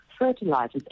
Fertilizers